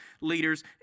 leaders